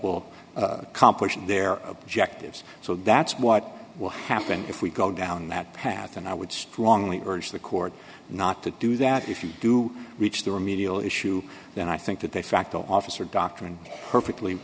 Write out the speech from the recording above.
complement their objectives so that's what will happen if we go down that path and i would strongly urge the court not to do that if you do reach the remedial issue then i think that they facto officer doctrine perfectly